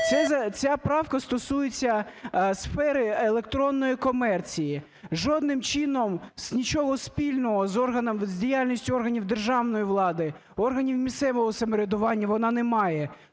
Ця правка стосується сфери електронної комерції. Жодним чином нічого спільного з діяльністю органів державної влади, органів місцевого самоврядування вона не має,